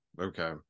Okay